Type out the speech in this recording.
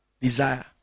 Desire